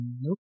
Nope